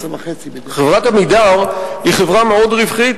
חברת "עמידר" היא חברה מאוד רווחית.